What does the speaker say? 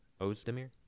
Ozdemir